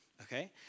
okay